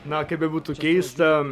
na kaip bebūtų keista